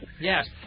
Yes